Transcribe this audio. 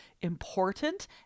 important